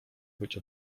być